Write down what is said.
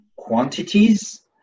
Quantities